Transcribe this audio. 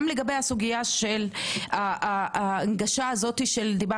גם לגבי הנושא של הנגשה של פסיכיאטריה.